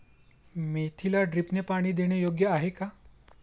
मेथीला ड्रिपने पाणी देणे योग्य आहे का?